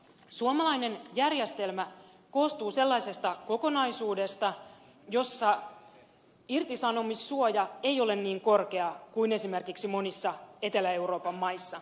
suomalainen järjestelmä koostuu sellaisesta kokonaisuudesta jossa irtisanomissuoja ei ole niin korkea kuin esimerkiksi monissa etelä euroopan maissa